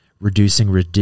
reducing